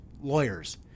lawyers